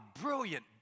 Brilliant